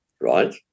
right